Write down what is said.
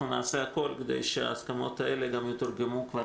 אנחנו נעשה הכול כדי שההסכמות האלה גם יתורגמו כבר